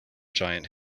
giant